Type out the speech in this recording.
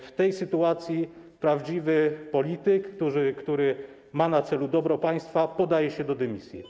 W tej sytuacji prawdziwy polityk, który ma na celu dobro państwa, podaje się do dymisji.